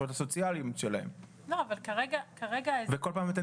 וזאת מבלי לדאוג להם לזכויות הסוציאליות שלהם וכל פעם אתם